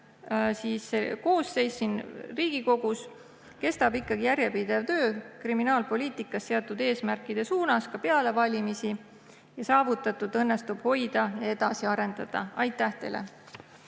koosseis siin Riigikogus, kestab ikkagi järjepidev töö kriminaalpoliitikas seatud eesmärkide suunas ka peale valimisi ja saavutatut õnnestub hoida ja edasi arendada. Aitäh teile!